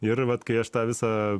ir vat kai aš tą visą